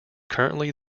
currently